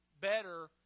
better